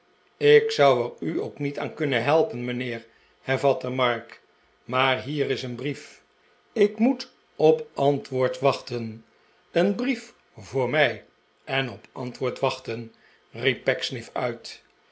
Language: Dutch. ik zou er u ook niet aan kunnen helpen mijnheer hervatte mark maar hier is een brief ik moet op antwoord wachten een brief voor mij en op antwoord wachten riep pecksniff uit